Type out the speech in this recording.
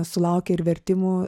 sulaukė ir vertimų